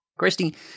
Christy